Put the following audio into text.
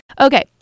okay